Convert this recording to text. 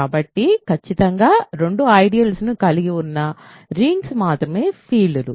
కాబట్టి ఖచ్చితంగా రెండు ఐడియల్స్ ను కలిగి ఉన్న రింగ్స్ మాత్రమే ఫీల్డ్లు